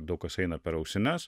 daug kas eina per ausines